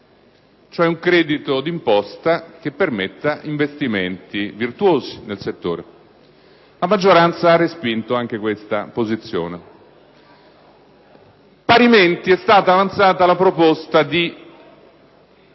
cioè un credito d'imposta che permetta investimenti virtuosi nel settore. La maggioranza ha respinto anche questa posizione. Parimenti, è stata avanzata la proposta di